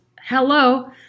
Hello